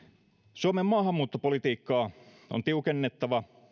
suomen maahanmuuttopolitiikkaa on tiukennettava